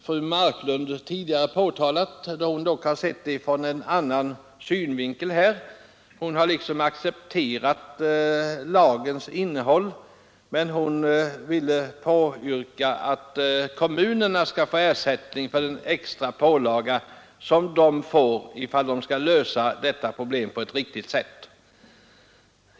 Fru Marklund har tidigare varit inne på detta — låt vara att hon har sett det hela ur en annan synvinkel; hon accepterar lagens innehåll men yrkar att kommunerna skall få ersättning för den extra pålaga som de drabbas av då de försöker lösa problemet på ett riktigt sätt.